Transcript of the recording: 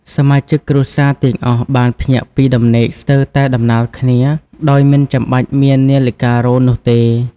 សមាជិកគ្រួសារទាំងអស់បានភ្ញាក់ពីដំណេកស្ទើរតែដំណាលគ្នា ដោយមិនចាំបាច់មាននាឡិការោទ៍នោះទេ។